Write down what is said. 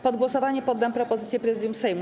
Pod głosowanie poddam propozycję Prezydium Sejmu.